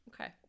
Okay